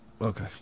Okay